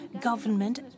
government